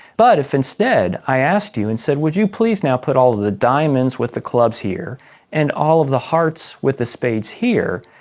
but if instead i asked you and said would you please now put all the diamonds with the clubs here and all the hearts with the spades here,